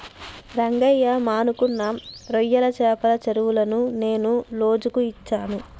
రంగయ్య మనకున్న రొయ్యల చెపల చెరువులను నేను లోజుకు ఇచ్చాను